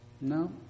No